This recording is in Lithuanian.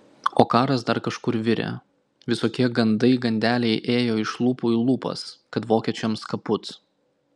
o karas dar kažkur virė visokie gandai gandeliai ėjo iš lūpų į lūpas kad vokiečiams kaput